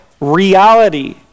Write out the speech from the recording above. reality